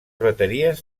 bateries